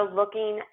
looking